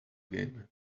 game